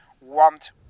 want